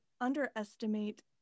underestimate